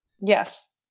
yes